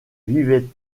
vivait